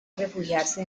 refugiarse